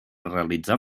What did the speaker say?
realitzar